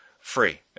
free